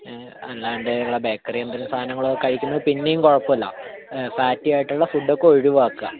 അല്ലാണ്ട് ഉള്ള ബേക്കറി എന്തെങ്കിലും സാധനങ്ങൾ കഴിക്കുന്നത് പിന്നെയും കുഴപ്പമില്ല ഫാറ്റി ആയിട്ടുള്ള ഫുഡ് ഒക്കെ ഒഴിവാക്കുക